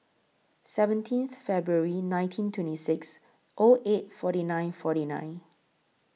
seventeenth February nineteen twenty six O eight forty nine forty nine